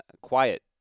quiet